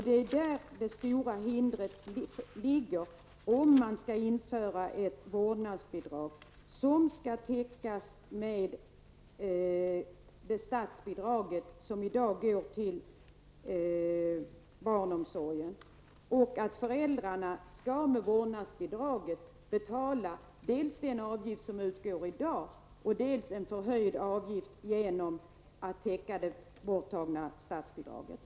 Det är där det stora hindret ligger om man skall införa ett vårdnadsbidrag som skall täckas med det statsbidrag som i dag går till barnomsorgen. Och föräldrarna skall med vårdnadsbidraget betala dels den avgift som utgår i dag, dels en förhöjd avgift för att täcka det borttagna statsbidraget.